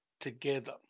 together